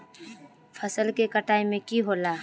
फसल के कटाई में की होला?